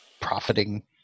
profiting